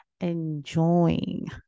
enjoying